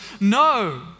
no